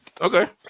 Okay